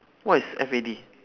what is F A D